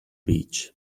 beach